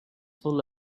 full